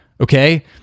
okay